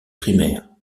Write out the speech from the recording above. primaire